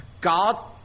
God